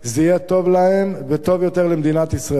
זה יהיה טוב להם וטוב יותר למדינת ישראל,